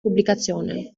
publikationen